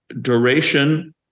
duration